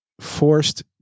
forced